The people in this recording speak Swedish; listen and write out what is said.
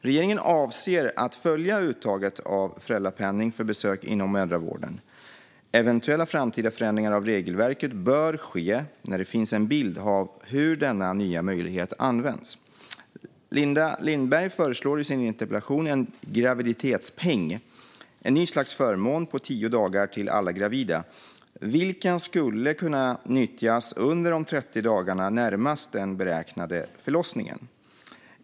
Regeringen avser att följa uttaget av föräldrapenning för besök inom mödravården. Eventuella framtida förändringar av regelverket bör ske när det finns en bild av hur denna nya möjlighet används. Linda Lindberg föreslår i sin interpellation en graviditetspeng, ett nytt slags förmån på tio dagar till alla gravida, vilken skulle kunna nyttjas under de 30 dagarna närmast den beräknade förlossningen.